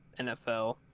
nfl